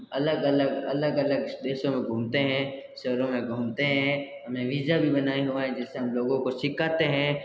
अलग अलग अलग अलग देशों में घूमते हैं शहरों में घूमते हैं हमें वीज़ा भी बनाया हुआ है जिससे हमें लोगो को सिखाते हैं